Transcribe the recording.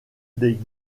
des